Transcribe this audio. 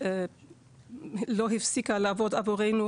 שלא הפיסקה לעבוד עבורנו,